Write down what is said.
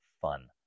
fun